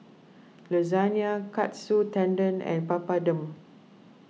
Lasagna Katsu Tendon and Papadum